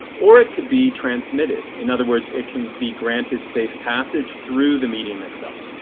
or it could be transmitted. in other words it can be granted safe passage through the medium itself.